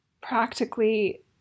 practically